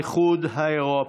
19 יהודים נרצחו,